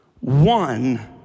one